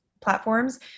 platforms